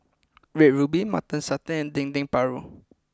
Red Ruby Mutton Satay and Dendeng Paru